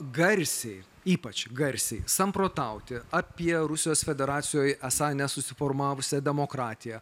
garsiai ypač garsiai samprotauti apie rusijos federacijoj esą nesusiformavusią demokratiją